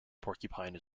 porcupine